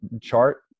chart